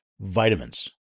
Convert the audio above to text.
vitamins